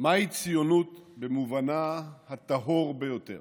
מהי ציונות במובנה הטהור ביותר?